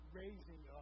raising